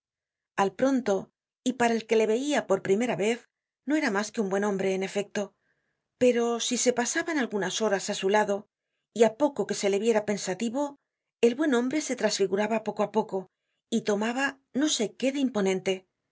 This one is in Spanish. al pronto y para el que le veia por primera vez no era mas que un buen hombre en efecto pero si se pasaban algunas horas á su lado y á poco que se le viera pensativo el buen hombre se trasfiguraba poco á poco y tomaba no só qué de imponente